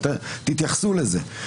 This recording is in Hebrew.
תתייחסו לזה.